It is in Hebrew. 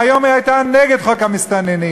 היום היא הייתה נגד חוק המסתננים.